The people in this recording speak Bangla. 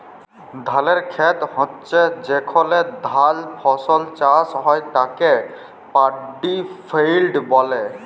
ধালের খেত হচ্যে যেখলে ধাল ফসল চাষ হ্যয় তাকে পাড্ডি ফেইল্ড ব্যলে